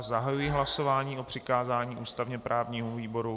Zahajuji hlasování o přikázání ústavněprávnímu výboru.